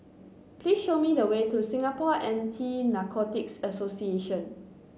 please show me the way to Singapore Anti Narcotics Association